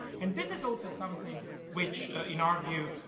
and this is also something which, in our view,